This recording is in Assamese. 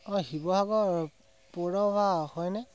অঁ শিৱসাগৰ পৌৰসভা হয়নে